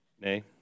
Nay